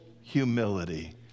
humility